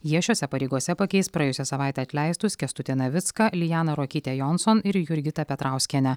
jie šiose pareigose pakeis praėjusią savaitę atleistus kęstutį navicką lijaną ruokytę jonson ir jurgitą petrauskienę